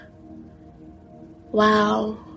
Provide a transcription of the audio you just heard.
wow